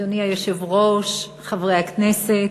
אדוני היושב-ראש, חברי הכנסת,